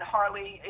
Harley